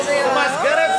מה אתה אומר?